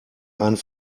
einen